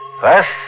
First